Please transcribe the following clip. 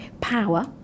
Power